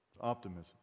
Optimism